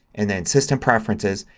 and then system preferences,